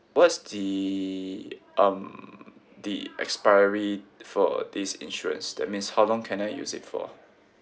what's the um the expiry for this insurance that means how long can I use it for ah